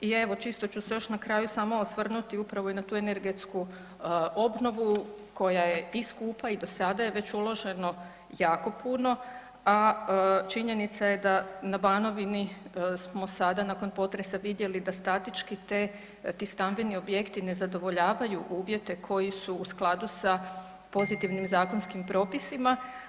I evo čisto ću se još na kraju samo osvrnuti upravo i na tu energetsku obnovu koja je i skupa i do sada je već uloženo jako puno, a činjenica je da na Banovini smo sada nakon potresa vidjeli da statički ti stambeni objekti ne zadovoljavaju uvjete koji su u skladu sa pozitivnim zakonskim propisima.